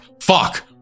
Fuck